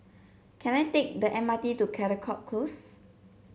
can I take the M R T to Caldecott Close